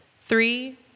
Three